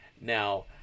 Now